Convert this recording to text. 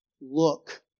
Look